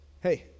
hey